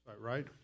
Right